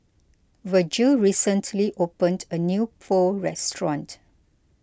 Vergil recently opened a new Pho restaurant